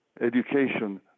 education